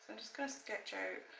just going to sketch ah